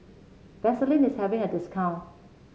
Vaselin is having a discount